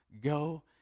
Go